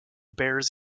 bears